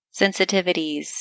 sensitivities